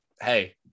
hey